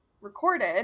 recorded